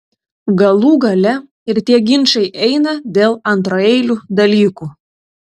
galų gale ir tie ginčai eina dėl antraeilių dalykų